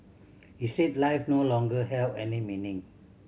he said life no longer held any meaning